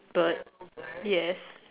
bird yes